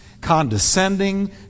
condescending